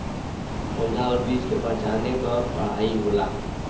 पउधा आउर बीज के पहचान क पढ़ाई होला